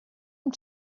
amb